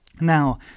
Now